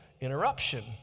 interruption